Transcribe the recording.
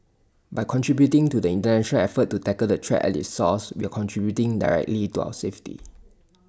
by contributing to the International effort to tackle the threat at its source we are contributing directly to our safety